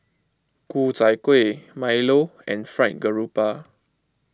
Ku Chai Kuih Milo and Fried Garoupa